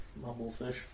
mumblefish